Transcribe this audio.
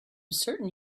certain